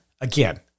again